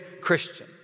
Christian